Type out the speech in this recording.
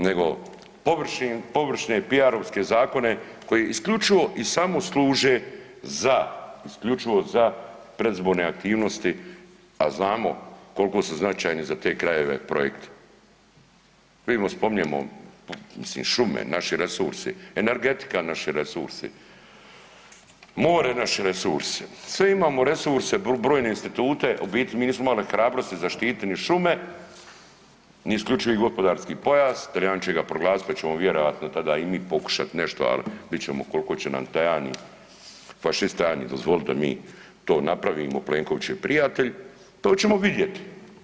Nego površine, PR-ovske zakone koji isključivo i samo služe za isključivo za predizborne aktivnosti, a znamo koliko su značajni za te krajeve projekti. … spominjemo mislim šume naši resursi, energetika naši resursi, more naši resurse, sve imamo resurse brojne institute, a u biti mi nismo imali hrabrosti zaštititi ni šume, ni isključivi gospodarski pojas, Talijani će ga proglasiti pa ćemo vjerojatno tada i mi pokušati nešto, ali vidit ćemo koliko će nam Tajani, fašist Tajani dozvolit da mi to napravimo Plenkovićev prijatelj, to ćemo vidjeti.